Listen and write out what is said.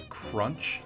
crunch